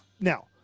now